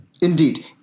Indeed